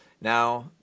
Now